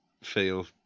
feel